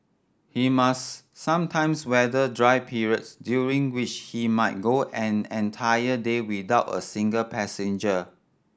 he must sometimes weather dry periods during which he might go an entire day without a single passenger